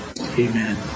Amen